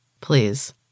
Please